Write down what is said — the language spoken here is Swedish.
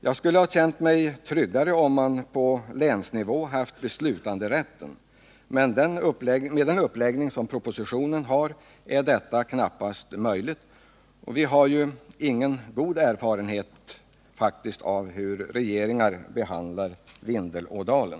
Jag skulle ha känt mig tryggare om man på länsnivå hade haft beslutanderätten. Med den uppläggning som propositionen har är detta knappast möjligt. Vi har ju faktiskt ingen god erfarenhet av hur regeringar behandlar Vindelådalen.